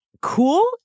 cool